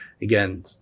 Again